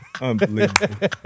Unbelievable